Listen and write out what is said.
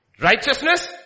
righteousness